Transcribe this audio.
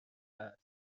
هست